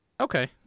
Okay